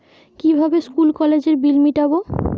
কিভাবে স্কুল কলেজের বিল মিটাব?